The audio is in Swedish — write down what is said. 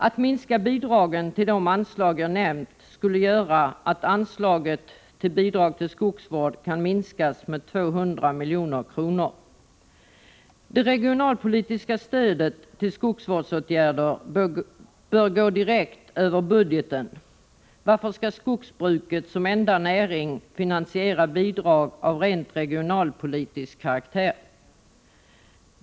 Att minska bidragen till de anslag jag nämnt skulle innebära att anslaget Bidrag till skogsvård kan minskas med 200 milj.kr. Det regionalpolitiska stödet till skogsvårdsåtgärder bör gå direkt över budgeten. Varför skall skogsbruket som enda näring finansiera bidrag av rent regionalpolitisk karaktär?